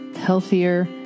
healthier